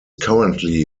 currently